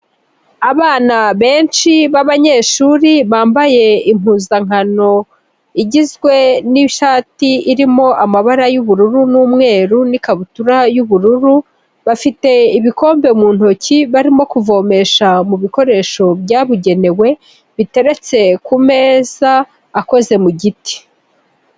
Abana benshi b'abanyeshuri bambaye impuzankano, igizwe n'ishati irimo amabara y'ubururu n'umweru n'ikabutura y'ubururu, bafite ibikombe mu ntoki barimo kuvomesha mu bikoresho byabugenewe, biteretse ku meza akoze mu giti.